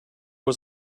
was